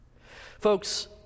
Folks